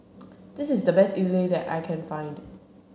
this is the best Idili that I can find